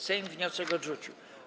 Sejm wniosek odrzucił.